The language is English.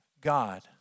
God